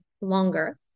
longer